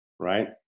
right